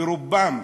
ברובם,